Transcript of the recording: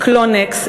"קלונקס",